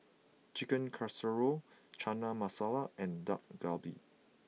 Chicken Casserole Chana Masala and Dak Galbi